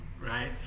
right